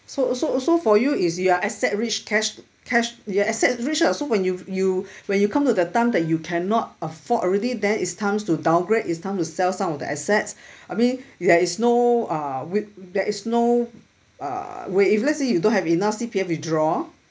so so so for you is you are asset rich cash cash you are asset rich ah so when you you when you come to the time that you cannot afford already then it's time to downgrade it's time to sell some of the assets I mean there is no uh whi~ there is no uh whi~ if let's say you don't have enough C_P_F you draw